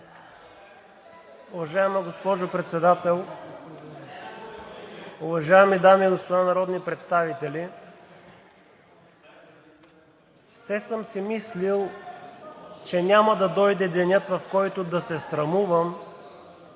Уважаема госпожо Председател, уважаеми дами и господа народни представители! Все съм си мислил, че няма да дойде денят, в който да се срамувам,